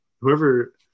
whoever